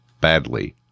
badly